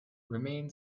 remain